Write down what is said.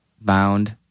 Bound